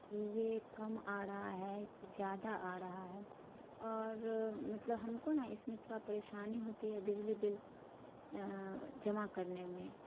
کہ یہ کم آ رہا ہے کہ زیادہ آ رہا ہے اور مطلب ہم کو نا اس میں تھوڑا پریشانی ہوتی ہے بجلی بل جمع کرنے میں